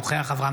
אינו נוכח אברהם